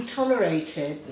tolerated